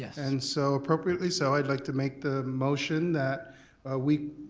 and so, appropriately so i'd like to make the motion that we